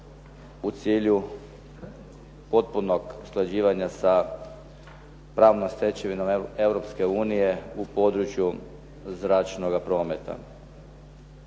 u cilju potpunog usklađivanja sa pravnom stečevinom Europske unije u području zračnoga prometa.